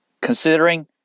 considering